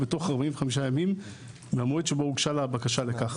תוך 45 ימים מהמועד שבו הוגשה לה הבקשה לכך.